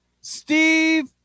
Steve